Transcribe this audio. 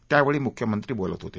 यावेळी मुख्यमंत्री बोलत होते